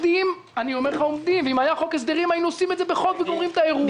אם היה חוק הסדרים היינו עושים את זה בחוק וגומרים את האירוע.